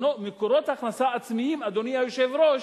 מקורות הכנסה עצמיים, אדוני היושב-ראש,